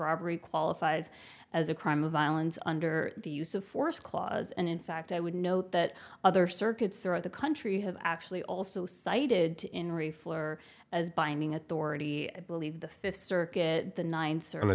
robbery qualifies as a crime of violence under the use of force clause and in fact i would note that other circuits throughout the country have actually also cited in reflow or as binding authority believe the fifth circuit the ninth sort of a